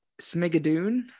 Smigadoon